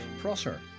Prosser